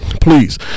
Please